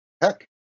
Heck